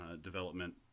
development